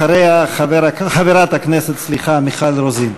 אחריה, חברת הכנסת מיכל רוזין.